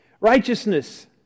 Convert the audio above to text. Righteousness